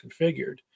configured